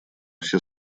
все